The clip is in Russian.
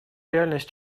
реальность